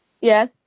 Yes